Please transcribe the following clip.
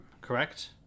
correct